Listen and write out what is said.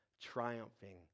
triumphing